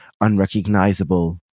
unrecognizable